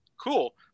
cool